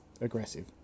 aggressive